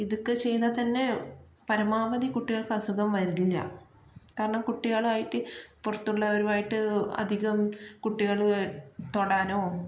ഇതൊക്കെ ചെയ്താൽ തന്നെ പരമാവധി കുട്ടികൾക്ക് അസുഖം വരില്ല കാരണം കുട്ടികളായിട്ട് പുറത്തുള്ളവരുമായിട്ട് അധികം കുട്ടികള് തൊടാനോ